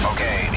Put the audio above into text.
Okay